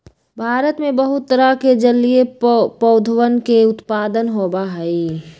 भारत में बहुत तरह के जलीय पौधवन के उत्पादन होबा हई